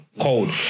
Cold